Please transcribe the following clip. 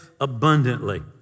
abundantly